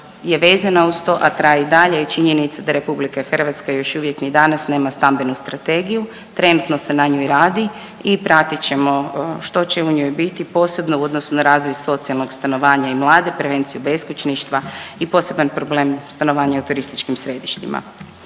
je vezana uz to, a traje i dalje je činjenica da RH još uvijek ni danas nema stambenu strategiju. Trenutno se na njoj radi i pratit ćemo što će u njoj biti, posebno i odnosu na razvoj socijalnog stanovanja i mlade, prevenciju beskućništva i posebni problem stanovanja u turističkim središtima.